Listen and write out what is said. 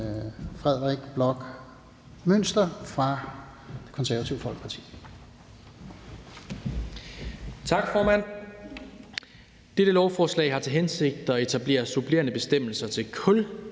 Frederik Bloch Münster fra Det Konservative Folkeparti.